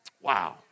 Wow